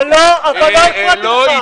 --- אבל לא הפרעתי לך.